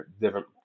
different